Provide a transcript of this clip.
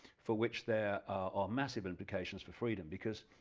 for which there are massive implications for freedom, because